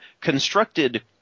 constructed